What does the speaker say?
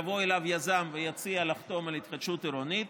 יבוא אליו יזם ויציע לחתום על התחדשות עירונית,